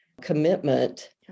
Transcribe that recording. Commitment